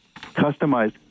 customized